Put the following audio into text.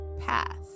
path